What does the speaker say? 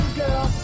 girl